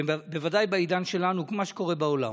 בוודאי בעידן שלנו, את מה שקורה בעולם.